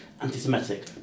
anti-semitic